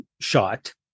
shot